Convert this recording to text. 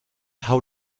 how